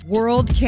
World